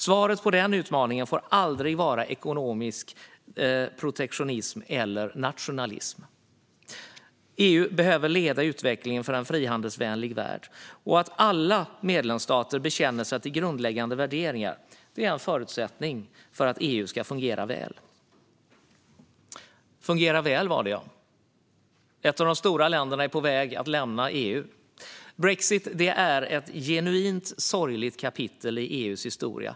Svaret på den utmaningen får aldrig vara ekonomisk protektionism eller nationalism. EU behöver leda utvecklingen för en frihandelsvänlig värld, och att alla medlemsstater bekänner sig till grundläggande värderingar är en förutsättning för att EU ska fungera väl. Fungera väl var det, ja. Ett av de stora länderna är på väg att lämna EU. Brexit är ett genuint sorgligt kapitel i EU:s historia.